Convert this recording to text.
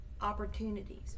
opportunities